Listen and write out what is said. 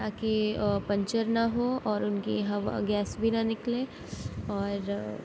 تا کہ آ پنچر نہ ہو اور اُن کی ہوا گیس بھی نہ نکلے اور